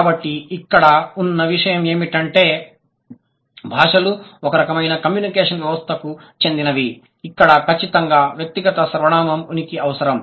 కాబట్టి ఇక్కడ ఉన్న విషయం ఏమిటంటే భాషలు ఒకే రకమైన కమ్యూనికేషన్ వ్యవస్థకు చెందినవి ఇక్కడ ఖచ్చితంగా వ్యక్తిగత సర్వనామం ఉనికి అవసరం